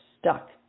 stuck